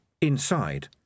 inside